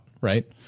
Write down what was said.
right